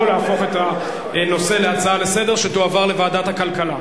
או להפוך את הנושא להצעה לסדר-היום שתועבר לוועדת הכלכלה.